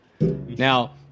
Now